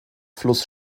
fluss